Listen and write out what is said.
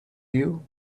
you